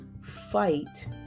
fight